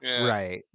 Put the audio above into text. Right